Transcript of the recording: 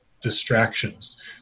distractions